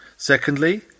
Secondly